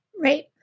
Right